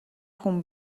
хүн